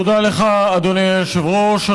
תודה לך, אדוני היושב-ראש.